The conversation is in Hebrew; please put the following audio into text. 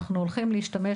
אנחנו הולכים להשתמש